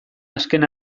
azken